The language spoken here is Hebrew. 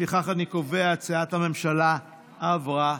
לפיכך, אני קובע שהצעת הממשלה עברה.